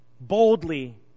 boldly